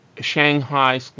Shanghai